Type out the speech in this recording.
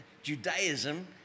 judaism